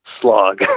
slog